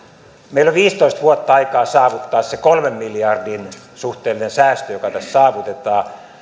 meillä on viisitoista vuotta aikaa saavuttaa se kolmen miljardin suhteellinen säästö joka tässä saavutetaan